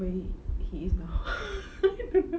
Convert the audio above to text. where he is now I don't know